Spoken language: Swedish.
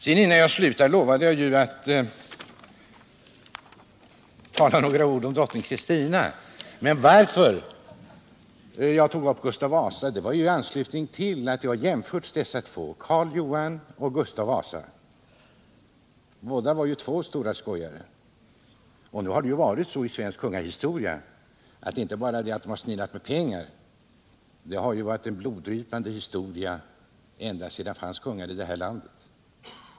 Jag lovade att innan jag slutar säga några ord om drottning Kristina. Men jag tog upp Gustav Vasa i anslutning till att dessa två, Karl Johan och Gustav Vasa, har jämförts — båda två var ju stora skojare. Nu har svensk kungahistoria inte bara handlat om att man har försnillat pengar — det har varit en bloddrypande historia så länge det har funnits kungar i detta land.